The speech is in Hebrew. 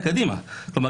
כלומר,